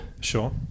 Sure